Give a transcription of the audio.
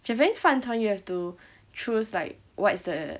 japanese 饭团 you have to choose like what is the